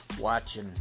watching